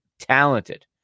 talented